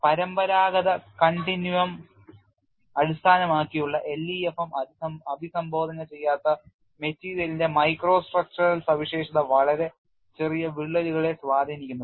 പരമ്പരാഗത continuum അടിസ്ഥാനമാക്കിയുള്ള LEFM അഭിസംബോധന ചെയ്യാത്ത മെറ്റീരിയലിന്റെ മൈക്രോ സ്ട്രക്ചറൽ സവിശേഷത വളരെ ചെറിയ വിള്ളലുകളെ സ്വാധീനിക്കുന്നു